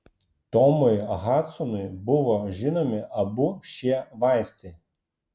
tomui hadsonui buvo žinomi abu šie vaistai